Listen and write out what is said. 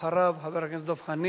אחריו, חבר הכנסת דב חנין.